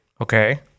Okay